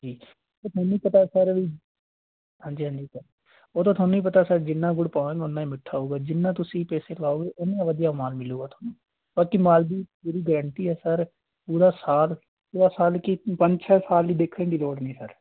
ਅਤੇ ਮੈਨੂੰ ਪਤਾ ਸਰ ਵੀ ਹਾਂਜੀ ਹਾਂਜੀ ਸਰ ਉਹ ਤਾਂ ਤੁਹਾਨੂੰ ਵੀ ਪਤਾ ਸਰ ਜਿੰਨਾ ਗੁੜ ਪਾਉਣਾ ਉਨਾ ਹੀ ਮਿੱਠਾ ਹੋਵੇਗਾ ਜਿੰਨਾ ਤੁਸੀਂ ਪੈਸੇ ਲਾਓਗੇ ਉਨਾ ਹੀ ਵਧੀਆ ਮਾਲ ਮਿਲੇਗਾ ਤੁਹਾਨੂੰ ਬਾਕੀ ਮਾਲ ਦੀ ਜਿਹੜੀ ਗਰੰਟੀ ਹੈ ਸਰ ਪੂਰਾ ਸਾਧ ਪੂਰਾ ਸਾਲ ਕੀ ਪੰਜ ਛੇ ਸਾਲ ਹੀ ਦੇਖਣੇ ਦੀ ਲੋੜ ਨਹੀਂ ਸਰ